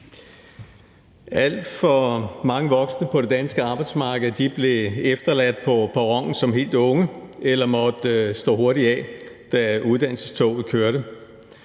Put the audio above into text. Alt for mange voksne på det danske arbejdsmarked blev efterladt på perronen som helt unge eller måtte stå hurtigt af, da uddannelsestoget kørte.